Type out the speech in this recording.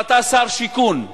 אבל אתה שר שיכון.